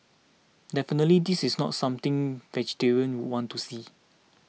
definitely this is not something vegetarians would want to see